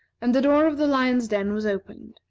and the door of the lion's den was opened.